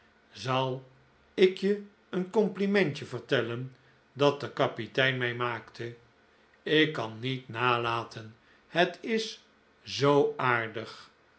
zal jk je een komplimentje vertellen dat de kapitein mij maakte ik kan het niet nalaten het is zoo aardig